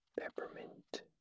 peppermint